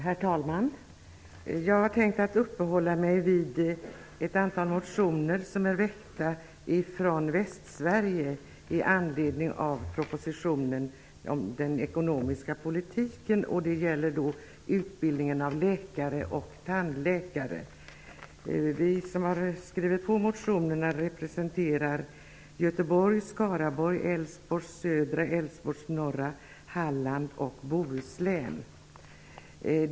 Herr talman! Jag hade tänkt uppehålla mig vid ett antal motioner väckta av ledamöter från Västsverige i anledning av propositionen om den ekonomiska politiken. Det gäller utbildningen av läkare och tandläkare. Vi som har skrivit under motionerna representerar Göteborg, Skaraborg, Älvsborg, Södra Älvsborg, norra Halland och Bohuslän.